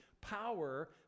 power